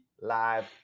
Live